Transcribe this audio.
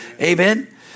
amen